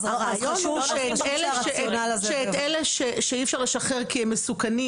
אז הרעיון הוא שאת אלה שאי אפשר לשחרר כי הם מסוכנים,